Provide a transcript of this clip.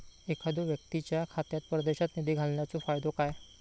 एखादो व्यक्तीच्या खात्यात परदेशात निधी घालन्याचो फायदो काय?